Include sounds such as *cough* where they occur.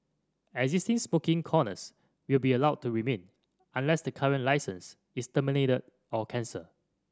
existing *unintelligible* corners will be allowed to remain unless the current licence is terminated or cancelled